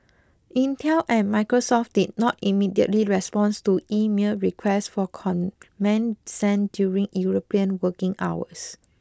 Intel and Microsoft did not immediately respond to emailed requests for comment sent during European working hours